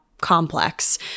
complex